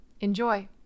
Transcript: Enjoy